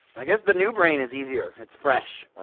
i guess the new brain is easier, it's fresh